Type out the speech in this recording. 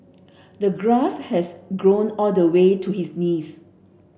the grass had grown all the way to his knees